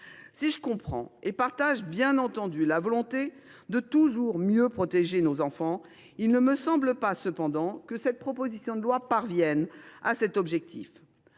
que je comprenne et partage bien entendu la volonté de toujours mieux protéger nos enfants, il ne me semble pas que cette proposition de loi puisse contribuer